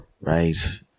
right